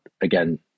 again